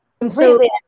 Completely